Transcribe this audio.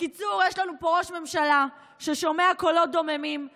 בקיצור יש לנו פה ראש ממשלה ששומע קולות דוממים,